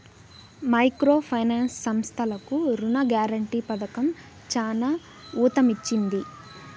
micro finance సంస్థలకు రుణ guarantee పథకం చానా ఊతమిచ్చింది